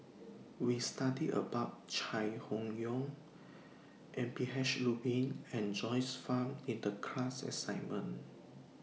We studied about Chai Hon Yoong M P H Rubin and Joyce fan in The class assignment